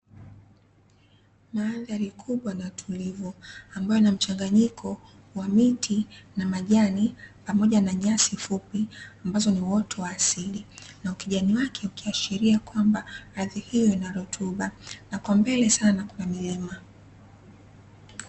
Mandhari kubwa na tulivu ambapo pana mchanganyiko wa miti na majani pamoja na nyasi fupi ambazo ni uoto wa asili na ukijani wake ukiashiria kwamba ardhi hiyo ina rutuba na kwa mbele sana kuna milima.